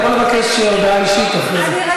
אתה יכול לבקש הודעה אישית אחרי זה.